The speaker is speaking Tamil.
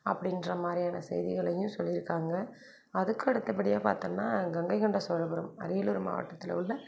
அப்படின்ற மாதிரியான செய்திகளையும் சொல்லியிருக்காங்க அதுக்கும் அடுத்தபடியாக பார்த்தோம்னா கங்கை கொண்ட சோழபுரம் அரியலூர் மாவட்டத்தில் உள்ள